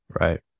Right